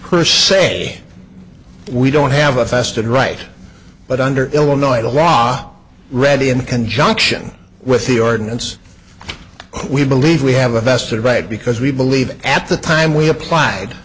say we don't have a vested right but under illinois law ready in conjunction with the ordinance we believe we have a vested right because we believe that at the time we applied